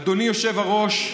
אדוני היושב-ראש,